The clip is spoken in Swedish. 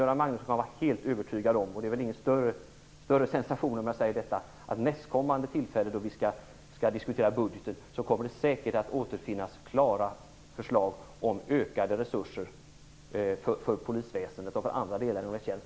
Göran Magnusson kan vara helt övertygad om - och det är väl ingen större sensation om jag säger detta - att nästkommande tillfälle då vi skall diskutera budgeten kommer det säkert att finnas klara förslag om ökade resurser för polisväsendet och för andra delar i rättskedjan.